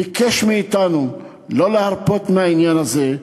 ביקש מאתנו לא להרפות מהעניין הזה.